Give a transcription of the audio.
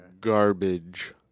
garbage